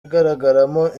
igaragaramo